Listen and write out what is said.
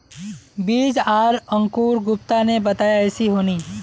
बीज आर अंकूर गुप्ता ने बताया ऐसी होनी?